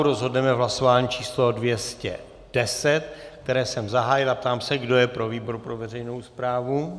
Rozhodneme v hlasování číslo 210, které jsem zahájil, a ptám se, kdo je pro výbor pro veřejnou správu?